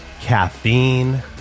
caffeine